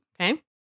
Okay